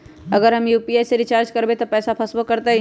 अगर हम यू.पी.आई से रिचार्ज करबै त पैसा फसबो करतई?